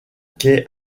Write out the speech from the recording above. quai